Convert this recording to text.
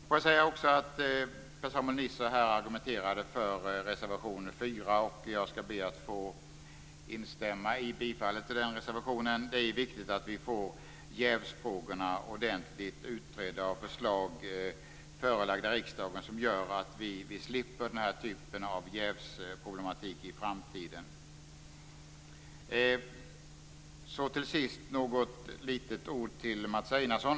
4, och jag skall be att få instämma i yrkandet om bifall till den reservationen. Det är viktigt att få jävsfrågorna ordentligt utredda och att förslag föreläggs riksdagen som gör att vi slipper den här typen av jävsproblematik i framtiden. Till sist vill jag säga något litet ord till Mats Einarsson.